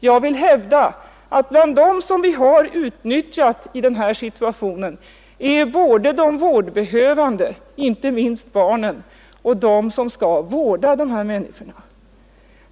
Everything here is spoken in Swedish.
Jag vill hävda att bland dem som vi har utnyttjat i denna situation finns både de vårdbehövande, inte minst barnen, och de som skall vårda dessa människor.